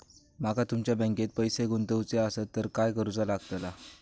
माका तुमच्या बँकेत पैसे गुंतवूचे आसत तर काय कारुचा लगतला?